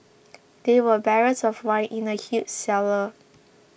there were barrels of wine in the huge cellar